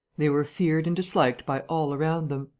they were feared and disliked by all around them.